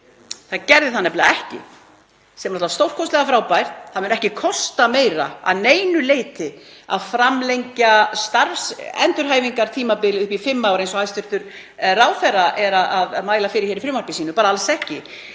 það gerði það nefnilega ekki. Sem er stórkostlega frábært, það mun ekki kosta meira að neinu leyti að framlengja starfsendurhæfingartímabilið upp í fimm ár eins og hæstv. ráðherra er að mæla fyrir hér í frumvarpi sínu, bara alls ekki.